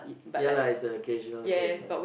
ya lah it's a occasional thing lah